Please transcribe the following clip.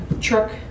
truck